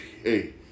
hey